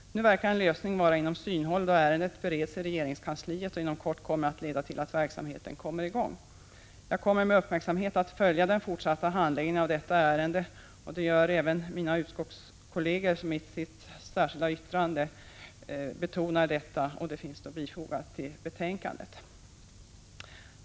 Nu verkar en lösning vara inom synhåll, då ärendet bereds i regeringskansliet och verksamheten inom kort kan komma i gång. Jag kommer med uppmärksamhet att följa den fortsatta handläggningen av detta ärende och det gör även mina utskottskolleger, som betonar detta i det särskilda yttrande som de fogat till detta betänkande.